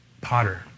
potter